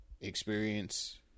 experience